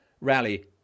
rally